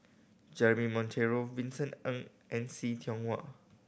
Jeremy Monteiro Vincent Ng and See Tiong Wah